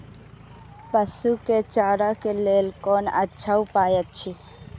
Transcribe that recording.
पशु के चारा के लेल कोन अच्छा उपाय अछि?